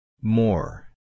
More